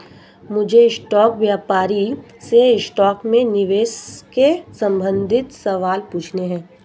मुझे स्टॉक व्यापारी से स्टॉक में निवेश के संबंधित सवाल पूछने है